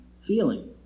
feeling